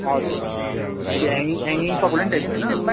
हजुर त्यो ह्याङ्गिङ ह्याङ्गिङसँगै उलन टाइपको होइन